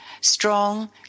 strong